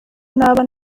naba